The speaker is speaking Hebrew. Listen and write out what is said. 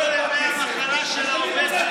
אבל אלה לא ימי המחלה של העובד.